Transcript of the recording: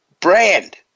brand